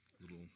little